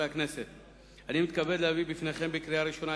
אני מתכבד להביא בפניכם לקריאה ראשונה